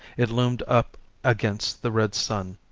it loomed up against the red sun,